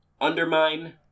Undermine